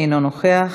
אינו נוכח.